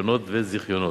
רשיונות וזיכיונות.